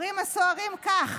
אומרים הסוהרים כך,